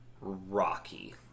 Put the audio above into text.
rocky